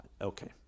Okay